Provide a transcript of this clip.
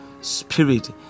spirit